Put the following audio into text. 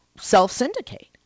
self-syndicate